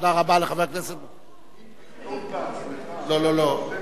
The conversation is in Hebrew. תודה רבה לחבר הכנסת, אם תכתוב בעצמך, לא, לא, לא.